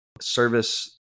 service